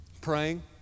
Praying